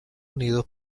unido